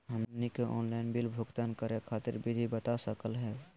हमनी के online bill भुगतान करे खातीर विधि बता सकलघ हो?